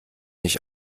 nicht